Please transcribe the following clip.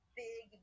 big